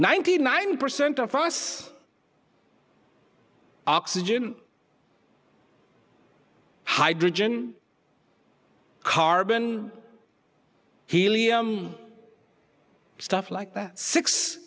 ninety nine percent of us oxygen hydrogen carbon helium stuff like that six